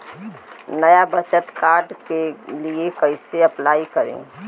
नया बचत कार्ड के लिए कइसे अपलाई करी?